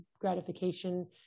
gratification